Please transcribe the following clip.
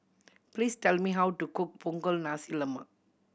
please tell me how to cook Punggol Nasi Lemak